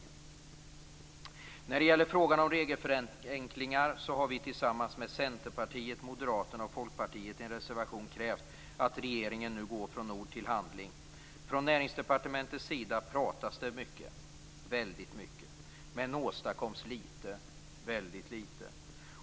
När det gäller frågan om regelförenklingar har vi tillsammans med Centerpartiet, Moderaterna och Folkpartiet i en reservation krävt att regeringen nu går från ord till handling. Från Näringsdepartementets sida pratas det mycket - väldigt mycket - men åstadkoms lite - väldigt lite.